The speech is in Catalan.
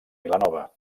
vilanova